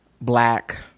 black